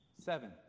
seven